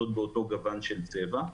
משתמשות באותו גוון של צבע.